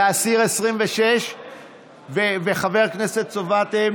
לסעיף 3. הצבעה.